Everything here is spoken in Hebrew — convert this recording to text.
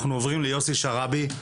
אנחנו עוברים ליוסי שרעבי,